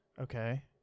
okay